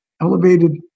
elevated